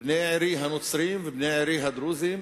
בני עירי הנוצרים ובני עירי הדרוזים,